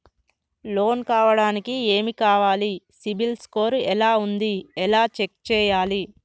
Loan కావడానికి ఏమి కావాలి సిబిల్ స్కోర్ ఎలా ఉంది ఎలా చెక్ చేయాలి?